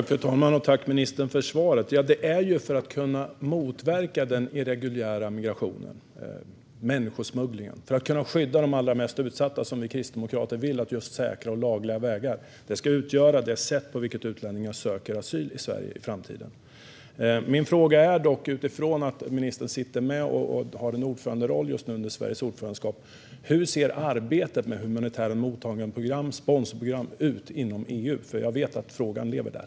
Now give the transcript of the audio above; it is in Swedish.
Fru talman! Tack, ministern, för svaret! Det är för att motverka den irreguljära migrationen - människosmugglingen - och för att skydda de allra mest utsatta som vi kristdemokrater vill att säkra och lagliga vägar ska utgöra det sätt på vilket utlänningar söker asyl i Sverige i framtiden. Min fråga är dock, utifrån att ministern sitter med nu när Sverige har en ordföranderoll, hur arbetet inom EU ser ut med humanitära mottagandeprogram och sponsorprogram. Jag vet att frågan lever där.